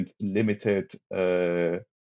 limited